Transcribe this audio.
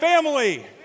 Family